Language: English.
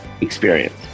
experience